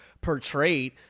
portrayed